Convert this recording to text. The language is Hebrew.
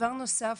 דבר נוסף,